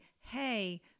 hey